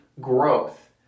growth